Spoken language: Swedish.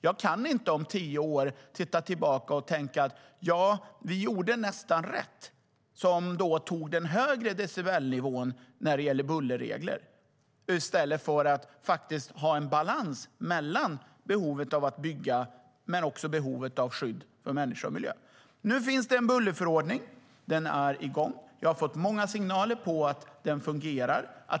Jag kan inte om tio år blicka tillbaka och tänka: Vi gjorde nästan rätt när vi tog den högre decibelnivån när det gäller bullerregler i stället för att ha en balans mellan behovet av att bygga och behovet av skydd för människa och miljö. Nu finns det en bullerförordning som har trätt i kraft. Jag har fått många signaler om att den fungerar.